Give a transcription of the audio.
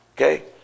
Okay